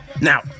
now